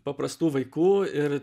paprastų vaikų ir